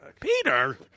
peter